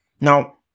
Now